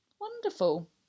Wonderful